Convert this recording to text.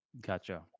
Gotcha